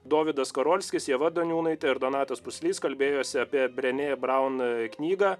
dovydas karolskis ieva daniūnaitė ir donatas puslys kalbėjosi apie brėnie braun knygą